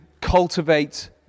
Cultivate